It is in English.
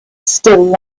still